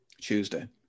Tuesday